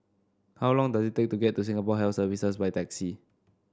how long does it take to get to Singapore Health Services by taxi